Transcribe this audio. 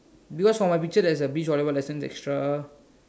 because from my picture there's a beach volleyball lessons extra